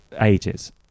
ages